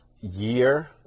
year